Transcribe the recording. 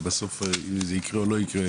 ובסוף אם זה יקרה או לא יקרה,